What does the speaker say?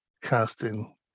casting